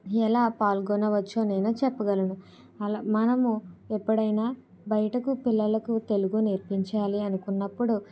ఎలా పాల్గొనవచ్చో నేను చెప్పగలను మనము ఎప్పుడైనా బయటకు పిల్లలకు తెలుగు నేర్పించాలి అనుకున్నప్పుడు